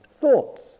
thoughts